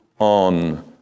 on